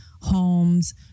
homes